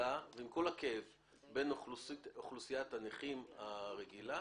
מפרידה ועם כל הכאב בין אוכלוסיית הנכים הרגילה